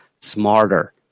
smarter